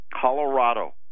Colorado